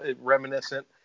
reminiscent